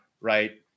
right